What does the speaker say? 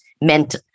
meant